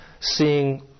seeing